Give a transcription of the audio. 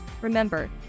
Remember